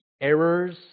errors